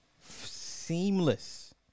seamless